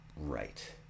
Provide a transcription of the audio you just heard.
right